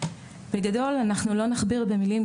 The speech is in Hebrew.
בגדול אנחנו לא נכביר במלים,